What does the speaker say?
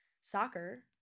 soccer